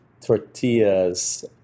tortillas